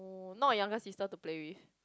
not youngest sister to play with